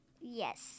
Yes